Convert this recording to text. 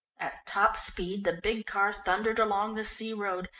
top speed the big car thundered along the sea road,